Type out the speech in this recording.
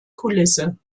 kulisse